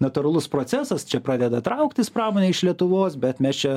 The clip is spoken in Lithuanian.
natūralus procesas čia pradeda trauktis pramonė iš lietuvos bet mes čia